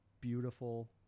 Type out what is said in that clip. beautiful